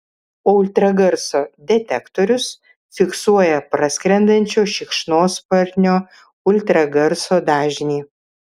o ultragarso detektorius fiksuoja praskrendančio šikšnosparnio ultragarso dažnį